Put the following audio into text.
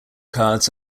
cards